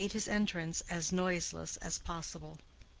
he made his entrance as noiseless as possible.